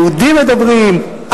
יהודים מדברים,